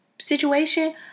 situation